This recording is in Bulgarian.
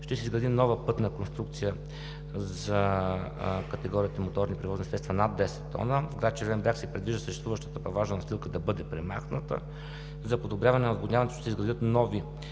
Ще се изгради нова пътна конструкция за категорията моторни превозни средства над 10 тона. В град Червен бряг се предвижда съществуващата паважна настилка да бъде премахната. За подобряване на отводняването ще се изградят нови